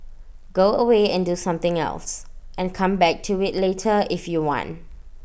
go away and do something else and come back to IT later if you want